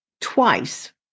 twice